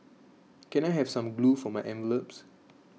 can I have some glue for my envelopes